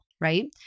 right